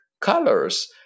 colors